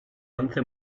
once